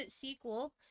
sequel